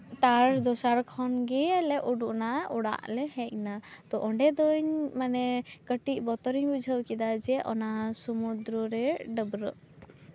ᱛᱟᱨ ᱫᱚᱥᱟᱨ ᱠᱷᱚᱱᱜᱮᱞᱮ ᱩᱸᱰᱩᱠᱱᱟ ᱚᱲᱟᱜ ᱞᱮ ᱦᱮᱡᱱᱟ ᱛᱚ ᱚᱸᱰᱮ ᱫᱚᱧ ᱢᱟᱱᱮ ᱠᱟᱹᱴᱤᱡ ᱵᱚᱛᱚᱨᱤᱧ ᱵᱩᱡᱷᱟᱹᱣ ᱠᱮᱫᱟ ᱡᱮ ᱚᱱᱟ ᱥᱚᱢᱩᱫᱨᱚ ᱨᱮ ᱰᱟᱹᱵᱽᱨᱟᱹᱜ